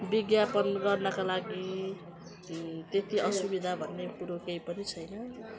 विज्ञापन गर्नका लागि त्यति असुविधा भन्ने कुरो केही पनि छैन